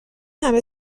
همه